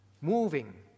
moving